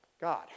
God